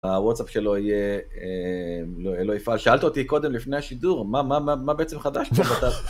הווטסאפ שלו יהיה, לא יפעל. שאלת אותי קודם לפני השידור, מה בעצם חדש פה?